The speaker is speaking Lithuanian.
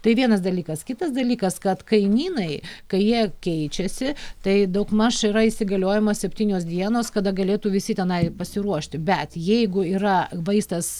tai vienas dalykas kitas dalykas kad kainynai kai jie keičiasi tai daugmaž yra įsigaliojimas septynios dienos kada galėtų visi tenai pasiruošti bet jeigu yra vaistas